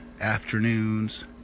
afternoons